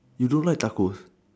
you don't like tacos